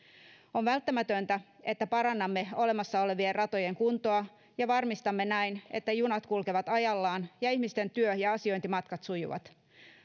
on välttämätöntä että parannamme olemassa olevien ratojen kuntoa ja varmistamme näin että junat kulkevat ajallaan ja ihmisten työ ja asiointimatkat sujuvat